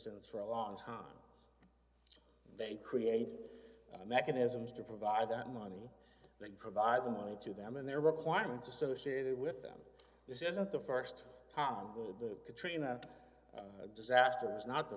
since for a long time they create mechanisms to provide that money they provide the money to them and their requirements associated with them this isn't the st time on the katrina disaster it's not the